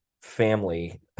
family